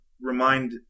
remind